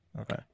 okay